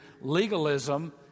legalism